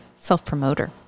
Self-promoter